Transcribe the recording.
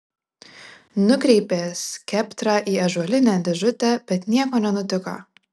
nukreipė skeptrą į ąžuolinę dėžutę bet nieko nenutiko